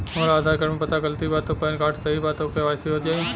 हमरा आधार कार्ड मे पता गलती बा त पैन कार्ड सही बा त के.वाइ.सी हो जायी?